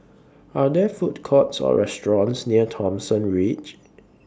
Are There Food Courts Or restaurants near Thomson Ridge